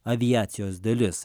aviacijos dalis